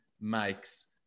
makes